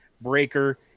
breaker